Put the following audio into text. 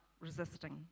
resisting